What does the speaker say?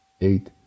eight